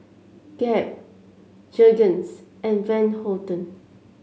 Gap Jergens and Van Houten